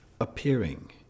appearing